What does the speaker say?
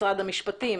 משרד המשפטים?